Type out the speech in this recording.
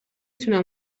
توانم